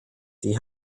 die